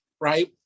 right